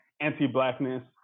anti-Blackness